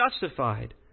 justified